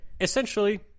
essentially